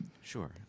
Sure